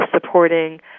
supporting